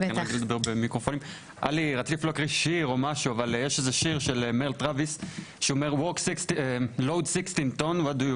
יש איזה שיר שאומר: Load 16 ton what do you